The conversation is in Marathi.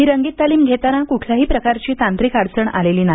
ही रंगीत तालीम घेतांना कुठल्याही प्रकारची तांत्रिक अडचण आलेली नाही